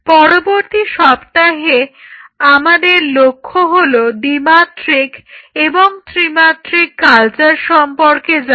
পরবর্তী সপ্তাহে আমাদের লক্ষ্য হলো দ্বিমাত্রিক এবং ত্রিমাত্রিক কালচার সম্পর্কে জানা